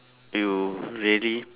you really